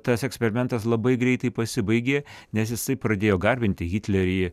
tas eksperimentas labai greitai pasibaigė nes jisai pradėjo garbinti hitlerį